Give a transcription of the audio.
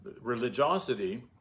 religiosity